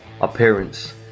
appearance